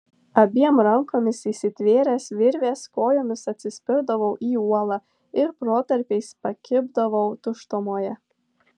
abiem rankomis įsitvėręs virvės kojomis atsispirdavau į uolą ir protarpiais pakibdavau tuštumoje